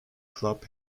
club